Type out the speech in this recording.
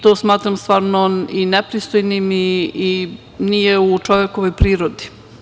To smatram stvarno nepristojnim i nije u čovekovoj prirodi.